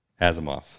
Asimov